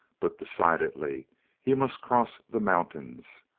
but decidedly he must cross the mountains.